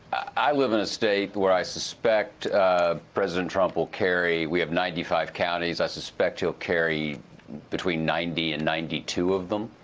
i live in a state where i suspect president trump will carry, we have ninety five counties, i suspect he'll carry between ninety and ninety two of them.